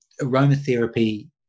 aromatherapy